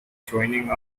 joining